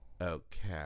Okay